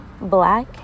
black